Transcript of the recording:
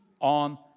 on